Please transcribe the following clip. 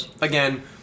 again